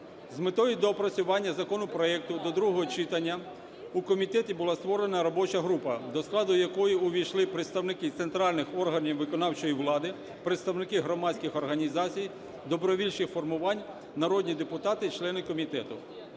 З метою доопрацювання законопроекту до другого читання у комітеті була створена робоча група, до складу якої увійшли представники центральних органів виконавчої влади, представники громадських організацій, добровольчих формувань, народні депутати і члени комітету.